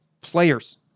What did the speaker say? players